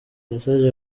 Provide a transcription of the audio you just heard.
yasabye